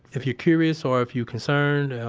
if you're curious or if you're concerned,